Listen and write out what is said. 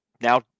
Now